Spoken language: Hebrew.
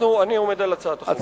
אני עומד על הצעת החוק.